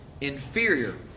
inferior